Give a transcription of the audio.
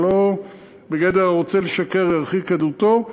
זה לא בגדר הרוצה לשקר ירחיק עדותו,